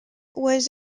was